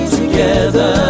together